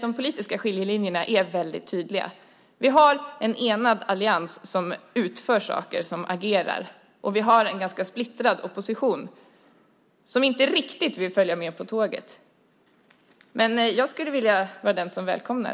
De politiska skiljelinjerna är väldigt tydliga. Vi har en enad allians som utför saker och agerar, och vi har en ganska splittrad opposition som inte riktigt vill följa med på tåget. Jag skulle dock vilja vara den som säger välkommen.